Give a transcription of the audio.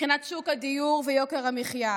מבחינת שוק הדיור ויוקר המחיה,